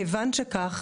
כיוון שכך,